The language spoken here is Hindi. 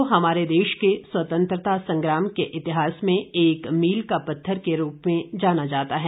इस दिन को हमारे देश के स्वतंत्रता संग्राम के इतिहास में एक मील का पत्थर के रूप में जाना जाता है